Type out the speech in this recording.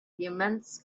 immense